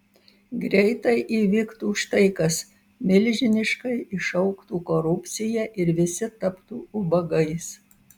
greitai įvyktų štai kas milžiniškai išaugtų korupcija ir visi taptų ubagais